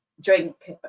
drink